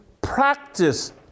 practice